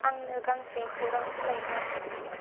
आंनो गांसे खौरां बिलाइ हर